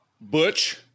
Butch